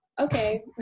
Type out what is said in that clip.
Okay